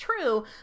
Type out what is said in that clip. true